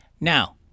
Now